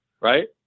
right